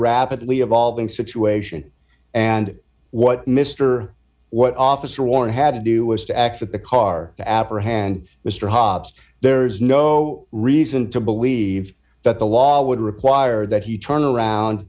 rapidly evolving situation and what mr what officer warren had to do was to accept the car to apprehend mr hobbs there's no reason to believe that the law would require that he turn around